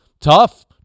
Tough